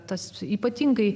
tas ypatingai